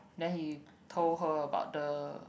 then he told her about the